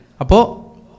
Apo